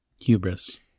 Hubris